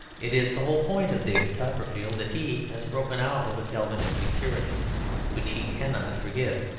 it is the whole point of david copperfield that he has broken out of a calvinistic tyranny which he cannot forgive.